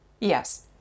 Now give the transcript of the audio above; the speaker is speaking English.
yes